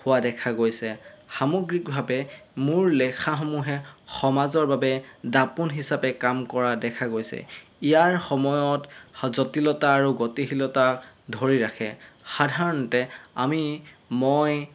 হোৱা দেখা গৈছে সামগ্ৰিকভাৱে মোৰ লেখাসমূহে সমাজৰ বাবে দাপোন হিচাপে কাম কৰা দেখা গৈছে ইয়াৰ সময়ত জটিলতা আৰু গতিশীলতা ধৰি ৰাখে সাধাৰণতে আমি মই